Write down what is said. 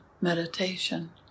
meditation